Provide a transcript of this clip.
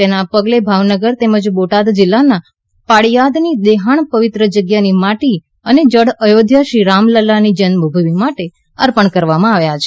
તેના પગલે ભાવનગર તેમજ બોટાદ જિલ્લાના પાળિયાદની દેહાણ પવિત્ર જગ્યાની માટી અને જળ અયોધ્યા શ્રીરામ લલ્લાની જન્મભૂમિ માટે અર્પણ કરવામાં આવ્યાં છે